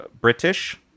British